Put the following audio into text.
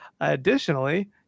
Additionally